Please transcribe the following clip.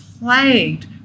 plagued